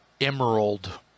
Emerald